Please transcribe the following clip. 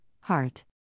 heart